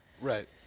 Right